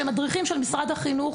שהם מדריכים של משרד החינוך,